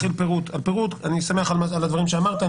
אני שמח על הדברים שאמרת.